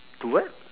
two what